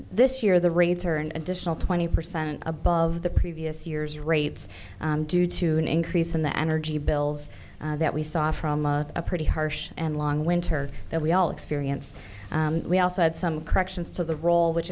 this year the rates are an additional twenty percent above the previous years rates due to an increase in the energy bills that we saw from a pretty harsh and long winter that we all experience we also had some corrections to the roll which